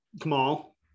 kamal